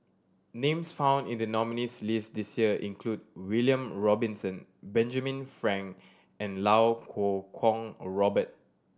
names found in the nominees' list this year include William Robinson Benjamin Frank and Iau Kuo Kwong Robert